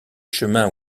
chemins